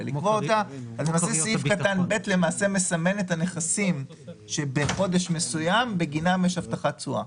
סעיף קטן (ב) מסמן את הנכסים שבחודש מסוים יש בגינם הבטחת תשואה.